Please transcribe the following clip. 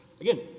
Again